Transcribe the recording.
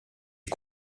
est